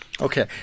Okay